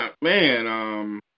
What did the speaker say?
man